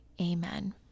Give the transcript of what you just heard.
Amen